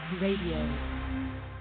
Radio